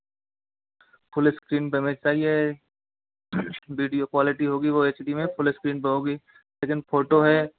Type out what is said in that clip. full screen पे हमें चाहिए वीडियो क्वालिटी होगी वो एचडी में फ़ुल स्क्रीन पे होगी लेकिन फ़ोटो है